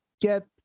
get